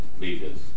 leaders